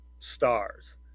stars